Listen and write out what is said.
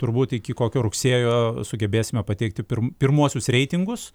turbūt iki kokio rugsėjo sugebėsime pateikti pirm pirmuosius reitingus